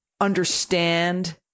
understand